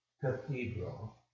cathedral